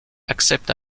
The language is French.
accepte